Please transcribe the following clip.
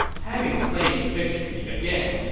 having claimed victory again,